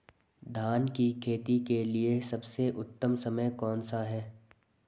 धान की खेती के लिए सबसे उत्तम समय कौनसा है?